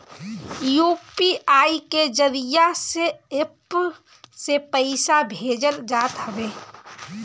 UPI के जरिया से एप्प से पईसा भेजल जात हवे